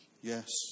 yes